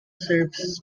serves